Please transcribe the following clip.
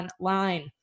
Online